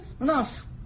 enough